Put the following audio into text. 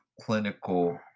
clinical